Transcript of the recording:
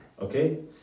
okay